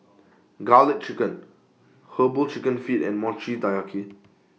Garlic Chicken Herbal Chicken Feet and Mochi Taiyaki